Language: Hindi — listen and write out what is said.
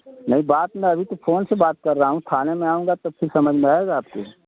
नहीं बात में अभी तो फोन से बात कर रहा हूँ थाने में आऊँगा तब फिर समझ में आएगा आपको